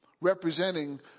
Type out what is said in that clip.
Representing